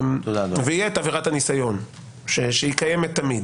ותהיה עבירת הניסיון שהיא קיימת תמיד.